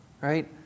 Right